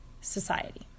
society